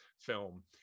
film